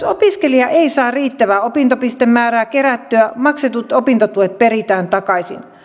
opiskelija ei saa riittävää opintopistemäärää kerättyä maksetut opintotuet peritään takaisin